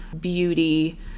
beauty